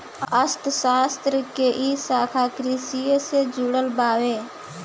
अर्थशास्त्र के इ शाखा कृषि से जुड़ल बावे